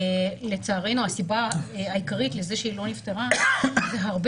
לצערנו הסיבה העיקרית לזה שהיא לא נפתרה זה הרבה